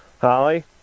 Holly